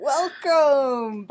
Welcome